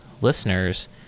listeners